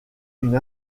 une